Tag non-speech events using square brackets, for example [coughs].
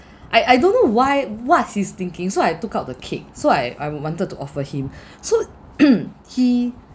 I I don't know why what's he's thinking so I took out the cake so I I wanted to offer him [breath] so [coughs] he